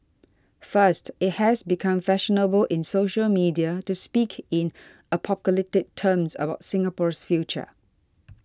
first it has become fashionable in social media to speak in apocalyptic terms about Singapore's future